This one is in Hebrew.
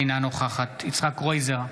אינה נוכחת יצחק קרויזר,